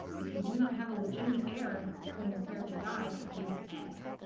if you do not have a legitimate heir when your character dies, the game will end.